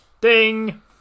Ding